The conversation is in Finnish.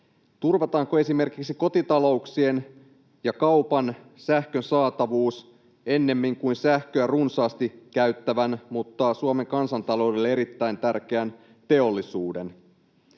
turvataanko esimerkiksi kotitalouksien ja kaupan sähkön saatavuus ennemmin kuin sähköä runsaasti käyttävän mutta Suomen kansantaloudelle erittäin tärkeän teollisuuden.